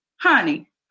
Honey